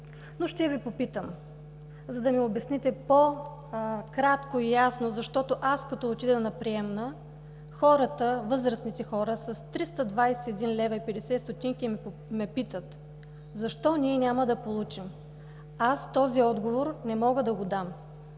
но ще Ви попитам, за да ми обясните по-кратко и ясно, защото аз, като отида на приемна, възрастните хора с 321,50 лв. ме питат: защо ние няма да получим? Аз този отговор не мога да го дам.